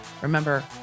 Remember